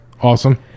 awesome